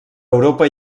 europa